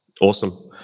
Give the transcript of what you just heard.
Awesome